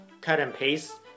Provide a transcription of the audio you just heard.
cut-and-paste